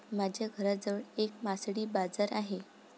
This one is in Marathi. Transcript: माझ्या घराजवळ एक मासळी बाजार आहे